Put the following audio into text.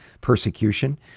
persecution